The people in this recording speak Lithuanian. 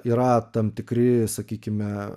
yra tam tikri sakykime